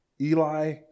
Eli